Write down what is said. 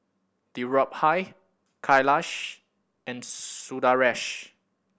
Dhirubhai Kailash and Sundaresh